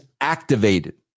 activated